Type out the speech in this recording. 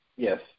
Yes